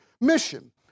mission